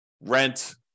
rent